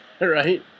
right